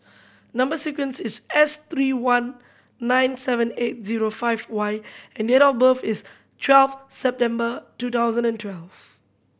number sequence is S three one nine seven eight zero five Y and date of birth is twelve September two thousand and twelve